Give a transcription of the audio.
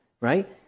right